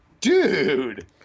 Dude